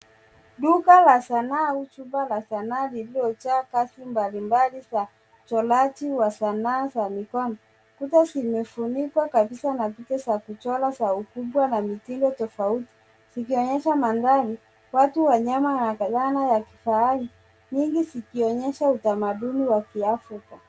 Duka la sanaa au chumba la sanaa lililojaa kazi mbalimbali za uchoraji wa sanaa za mikono. Kuta zimefunikwa kabisa na picha za kuchora za ukubwa na mitindo tofauti zikionyesha mandhari, watu, wanyama na ghalana ya kifahari nyingi zikionyesha utamaduni wa kiafrika.